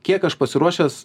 kiek aš pasiruošęs